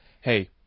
hey